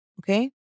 Okay